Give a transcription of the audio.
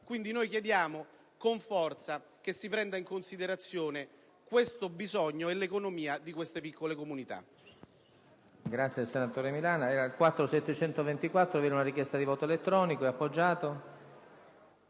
televisivi. Chiediamo con forza che si prendano in considerazione questo bisogno e l'economia di queste piccole comunità.